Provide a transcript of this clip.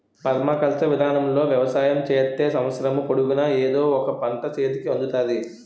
permaculture విధానములో వ్యవసాయం చేత్తే సంవత్సరము పొడుగునా ఎదో ఒక పంట సేతికి అందుతాది